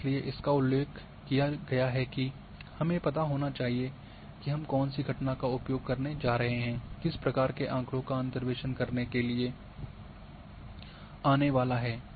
और इसीलिए इसका उल्लेख किया गया है कि यह हमें पता होना चाहिए कि हम कौन सी घटना का उपयोग करने जा रहे हैं किस प्रकार के आँकड़ों का अंतर्वेसन करने के लिए आने वाला है